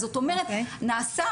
זאת אומרת נעשה,